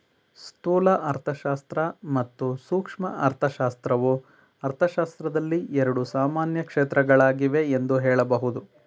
ಸ್ಥೂಲ ಅರ್ಥಶಾಸ್ತ್ರ ಮತ್ತು ಸೂಕ್ಷ್ಮ ಅರ್ಥಶಾಸ್ತ್ರವು ಅರ್ಥಶಾಸ್ತ್ರದಲ್ಲಿ ಎರಡು ಸಾಮಾನ್ಯ ಕ್ಷೇತ್ರಗಳಾಗಿವೆ ಎಂದು ಹೇಳಬಹುದು